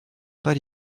pas